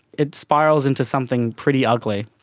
it spirals into something pretty ugly.